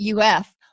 UF